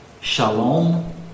Shalom